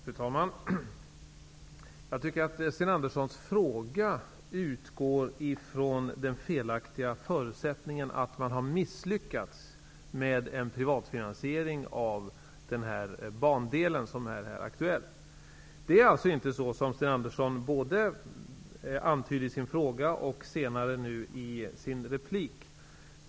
Fru talman! Jag tycker att Sten Anderssons fråga utgår ifrån den felaktiga förutsättningen att man har misslyckats med en privatfinansiering av den aktuella bandelen. Det är inte så som Sten Andersson antydde både i sin fråga och i sitt anförande.